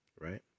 right